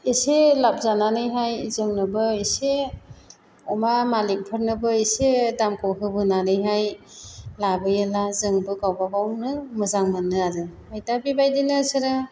एसे लाप जानानैहाय जोंनोबो एसे अमा मालिकफोरनोबो एसे दामखौ होबोनानैहाय लाबोयोब्ला जोंबो गावबा गावनो मोजां मोनो आरो दा बेबायदिनो बिसोरो